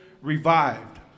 revived